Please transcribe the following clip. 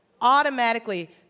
Automatically